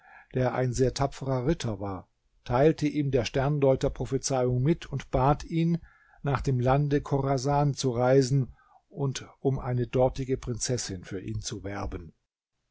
der ein sehr tapferer ritter war teilte ihm der sterndeuter prophezeiung mit und bat ihn nach dem lande chorasan zu reisen und um eine dortige prinzessin für ihn zu werben